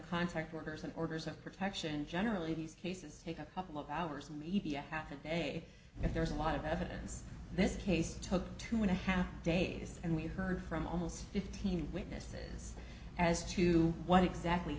contact workers and orders of protection generally these cases take a couple of hours and media happen day if there is a lot of evidence this case took two and a half days and we heard from almost fifteen witnesses as to what exactly